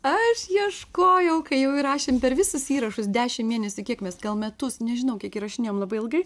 aš ieškojau kai jau įrašėm per visus įrašus dešimt mėnesių kiek mes gal metus nežinau kiek įrašinėjom labai ilgai